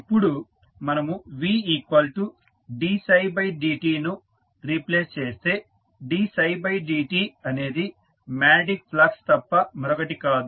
ఇప్పుడు మనము Vdψdt ను రీప్లేస్ చేస్తే dψdt అనేది మ్యాగ్నెటిక్ ప్లక్స్ తప్ప మరొకటి కాదు